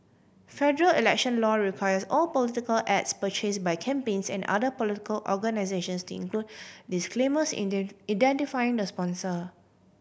federal election law requires all political ads purchase by campaigns and other political organisations to include disclaimers identifying the sponsor